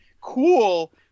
cool